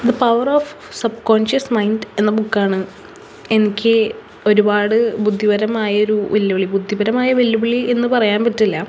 the power of subconscious mind എന്ന ബുക്കാണ് എനിക്ക് ഒരുപാട് ബുദ്ധിപരമായൊരു വെല്ലുവിളി ബുദ്ധിപരമായ വെല്ലുവിളി എന്ന് പറയാൻ പറ്റില്ല